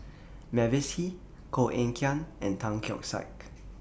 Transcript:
Mavis Hee Koh Eng Kian and Tan Keong Saik